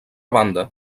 banda